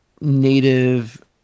native